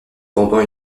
pendant